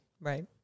Right